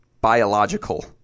biological